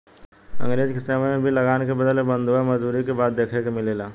अंग्रेज के समय में भी लगान के बदले बंधुआ मजदूरी के बात देखे के मिलेला